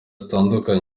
zitandukanye